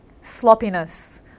sloppiness